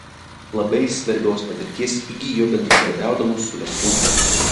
labai svarbios patirties įgijo bendradarbiaudamos su verslu